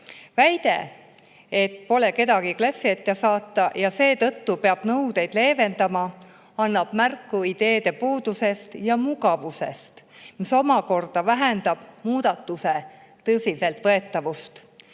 saata. Väide, et pole kedagi klassi ette saata ja seetõttu peab nõudeid leevendama, annab märku ideede puudusest ja mugavusest, mis omakorda vähendab muudatuse tõsiseltvõetavust.